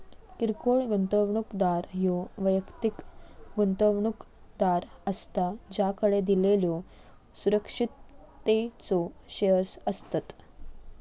किरकोळ गुंतवणूकदार ह्यो वैयक्तिक गुंतवणूकदार असता ज्याकडे दिलेल्यो सुरक्षिततेचो शेअर्स असतत